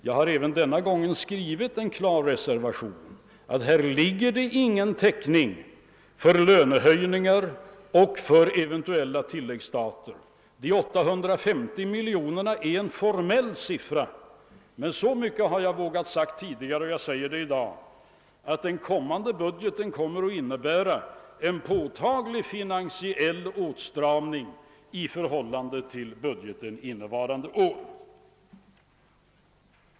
Jag har emellertid även denna gång skrivit en klar reservation och sagt att i detta ligger ingen täckning för lönehöjningar och eventuella tillläggsstater. De 850 miljonerna är en formell siffra. Men så mycket har jag ändå tidigare vågat säga och säger det också i dag, att den kommande budgeten innebär en påtaglig finansiell åtstramning i förhållande till budgeten innevarande år.